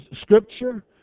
Scripture